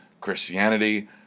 Christianity